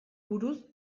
buruz